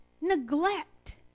neglect